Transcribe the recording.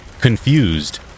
Confused